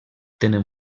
tenen